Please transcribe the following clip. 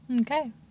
Okay